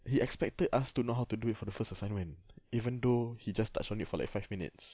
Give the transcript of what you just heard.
he expected us to know how to do it for our first assignment even though he just touched on it for like five minutes